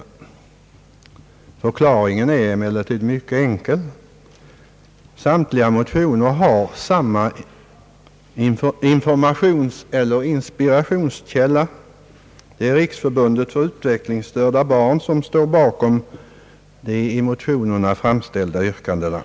Förklaringen är emellertid mycket enkel. Samtliga motioner har samma informationseller inspirationskälla. Det är Riksförbundet för utvecklingsstörda barn som står bakom de i motionerna framställda yrkandena.